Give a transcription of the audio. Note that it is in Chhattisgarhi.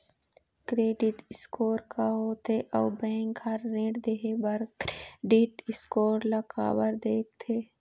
क्रेडिट स्कोर का होथे अउ बैंक हर ऋण देहे बार क्रेडिट स्कोर ला काबर देखते?